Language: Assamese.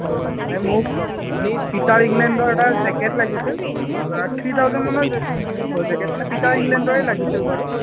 হয় হয় মানে মোক আপোনাৰ পিটাৰ ইংলেণ্ডৰ এটা জেকেট লাগিছিল মই আপোনাৰ থ্ৰী থাউজেণ্ড মানৰ জেকেট মানে পিটাৰ ইংলেণ্ডৰে লাগিছিল বাৰু